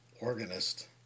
organist